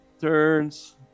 turns